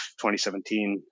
2017